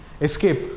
escape